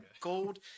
gold